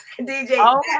DJ